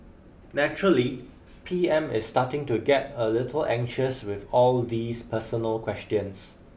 naturally P M is starting to get a little anxious with all these personal questions